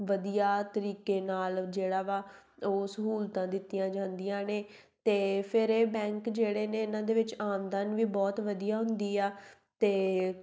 ਵਧੀਆ ਤਰੀਕੇ ਨਾਲ ਜਿਹੜਾ ਵਾ ਉਹ ਸਹੂਲਤਾਂ ਦਿੱਤੀਆਂ ਜਾਂਦੀਆਂ ਨੇ ਅਤੇ ਫਿਰ ਇਹ ਬੈਂਕ ਜਿਹੜੇ ਨੇ ਇਹਨਾਂ ਦੇ ਵਿੱਚ ਆਮਦਨ ਵੀ ਬਹੁਤ ਵਧੀਆ ਹੁੰਦੀ ਆ ਅਤੇ